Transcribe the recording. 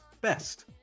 best